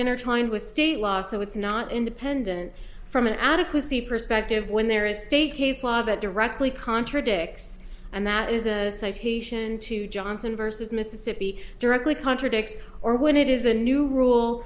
intertwined with state law so it's not independent from an adequacy perspective when there is state case law that directly contradicts and that is a citation to johnson versus mississippi directly contradicts or when it is a new rule